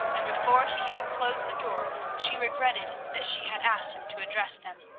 and before he had closed the door she regretted that she had asked him to address them.